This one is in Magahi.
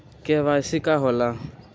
के.वाई.सी का होला?